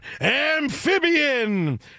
amphibian